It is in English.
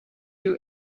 you